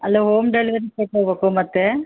ಅಲ್ಲ home delivery ಕೊಟ್ಟು ಹೋಗಬೇಕು ಮತ್ತೆ